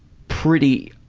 pretty,